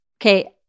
Okay